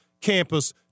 campus